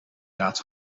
raad